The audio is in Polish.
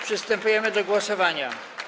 Przystępujemy do głosowania.